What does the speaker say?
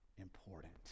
important